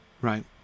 right